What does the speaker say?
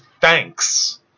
thanks